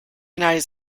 united